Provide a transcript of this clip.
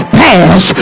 pass